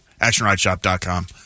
actionrideshop.com